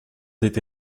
été